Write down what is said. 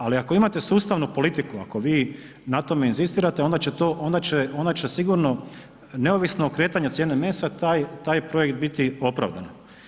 Ali ako imate sustavnu politiku, ako vi na tome inzistirate onda će sigurno neovisno o kretanju cijene mesa taj projekt biti opravdan.